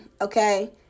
okay